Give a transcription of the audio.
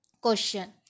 Question